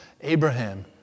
Abraham